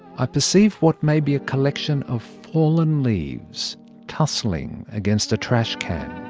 i perceive what may be a collection of fallen leaves tussling against a trash can.